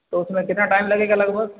तो उसमें कितना टाइम लगेगा लगभग